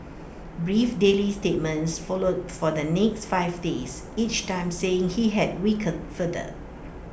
brief daily statements followed for the next five days each time saying he had weakened further